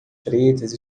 pretas